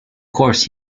course